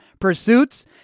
pursuits